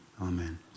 Amen